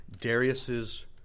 Darius's